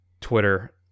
Twitter